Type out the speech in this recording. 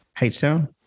h-town